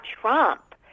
trump